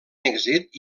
èxit